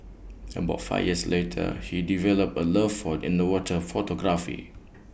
about five years later he developed A love for underwater photography